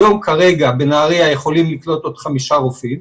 היום כרגע בנהריה יכולים לקלוט עוד חמישה רופאים?